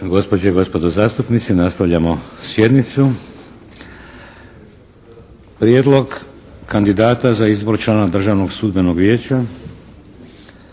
Gospođe i gospodo zastupnici, nastavljamo sjednicu. - Prijedlog kandidata za izbor člana Državnog sudbenog vijeća